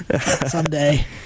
someday